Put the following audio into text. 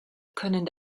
können